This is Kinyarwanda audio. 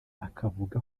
akavuga